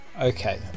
Okay